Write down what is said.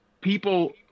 people